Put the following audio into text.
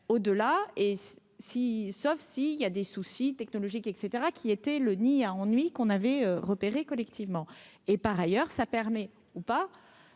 au-delà, et si, sauf si il y a des soucis technologique et caetera, qui était le nid à ennuis qu'on avait repéré collectivement et par ailleurs, ça permet ou pas,